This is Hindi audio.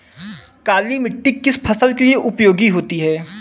काली मिट्टी किस फसल के लिए उपयोगी होती है?